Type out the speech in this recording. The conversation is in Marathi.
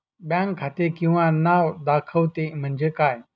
बँक खाते किंवा नाव दाखवते म्हणजे काय?